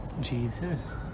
Jesus